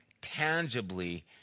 tangibly